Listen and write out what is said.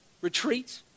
retreat